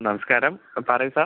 നമസ്കാരം അ പറയൂ സാർ